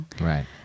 Right